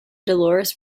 dolores